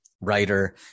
writer